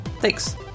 Thanks